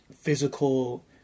physical